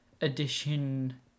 edition